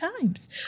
times